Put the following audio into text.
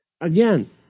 again